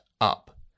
up